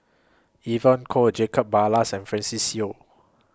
Evon Kow Jacob Ballas and Francis Seow